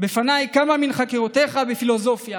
בפניי כמה מחקירותיך בפילוסופיה